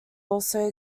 also